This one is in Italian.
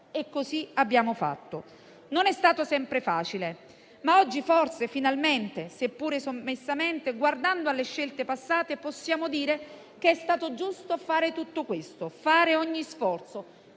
E così abbiamo fatto. Non è stato sempre facile, ma oggi forse, finalmente, seppur sommessamente, guardando alle scelte passate, possiamo dire che è stato giusto fare tutto questo: fare ogni sforzo